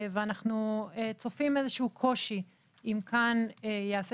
ואנחנו צופים איזשהו קושי אם כאן ייעשה